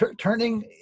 turning